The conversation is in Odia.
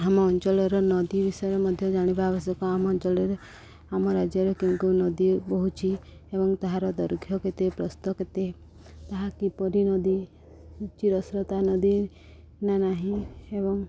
ଆମ ଅଞ୍ଚଳର ନଦୀ ବିଷୟରେ ମଧ୍ୟ ଜାଣିବା ଆବଶ୍ୟକ ଆମ ଅଞ୍ଚଳରେ ଆମ ରାଜ୍ୟରେ କେଉଁ କେଉଁ ନଦୀ ବହୁଛି ଏବଂ ତାହାର ଦୈର୍ଘ୍ୟ କେତେ ପ୍ରସ୍ତ କେତେ ତାହା କିପରି ନଦୀ ଚିରସ୍ରୋତା ନଦୀ ନା ନାହିଁ ଏବଂ